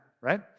right